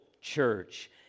church